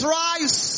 rise